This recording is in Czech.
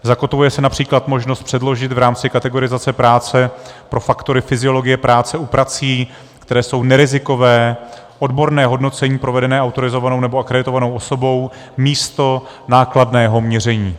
Zakotvuje se například možnost předložit v rámci kategorizace práce pro faktory fyziologie práce u prací, které jsou nerizikové, odborné hodnocení provedené autorizovanou nebo akreditovanou osobou místo nákladného měření.